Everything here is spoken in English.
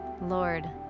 Lord